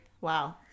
Wow